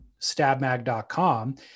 stabmag.com